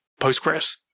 Postgres